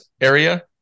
area